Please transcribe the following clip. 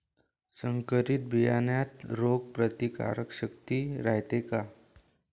संकरित बियान्यात रोग प्रतिकारशक्ती रायते का?